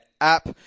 app